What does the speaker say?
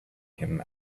him